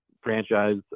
franchise